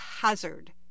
hazard